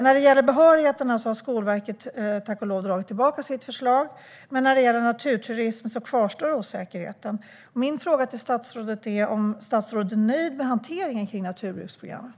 När det gäller behörigheten har Skolverket, tack och lov, dragit tillbaka sitt förslag. Men när det gäller naturturism kvarstår osäkerheten. Min fråga till statsrådet är om statsrådet är nöjd med hanteringen av naturbruksprogrammet.